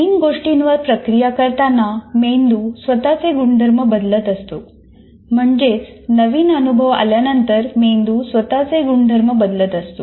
नवीन गोष्टींवर प्रक्रिया करताना मेंदू स्वतःचे गुणधर्म बदलत असतो म्हणजेच नवीन अनुभव आल्यानंतर मेंदू स्वतःचे गुणधर्म बदलत असतो